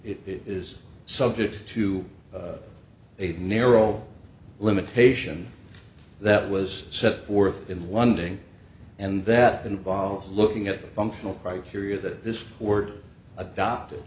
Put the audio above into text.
it is subject to a narrow limitation that was set forth in one day and that involves looking at the functional criteria that this word adopted